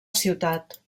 ciutat